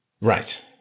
Right